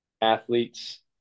athletes